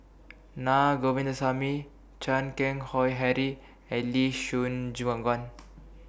Na Govindasamy Chan Keng Howe Harry and Lee Choon Guan